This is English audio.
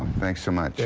thanks so much.